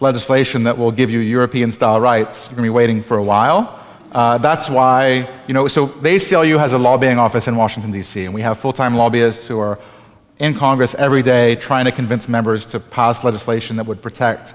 legislation that will give you european style rights i mean waiting for a while that's why you know so they sell you has a lobbying office in washington d c and we have full time lobbyists who are in congress every day trying to convince members to pas legislation that would protect